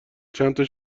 چندتا